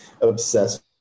obsessed